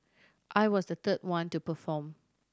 I was the third one to perform